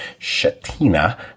Shatina